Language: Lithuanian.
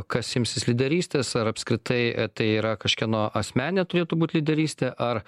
kas imsis lyderystės ar apskritai tai yra kažkieno asmeninė turėtų būt lyderystė ar